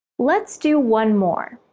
let's do one more